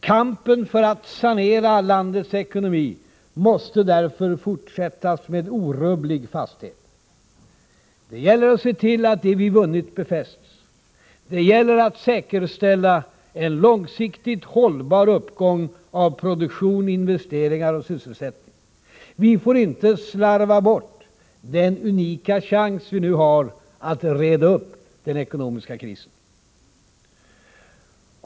Kampen för att sanera landets ekonomi måste därför fortsättas med orubblig fasthet. Det gäller att se till att det vi vunnit befästs. Det gäller att säkerställa en långsiktigt hållbar uppgång av produktion, investeringar och sysselsättning. Vi får inte slarva bort den unika chans vi nu har att reda upp den ekonomiska krisen.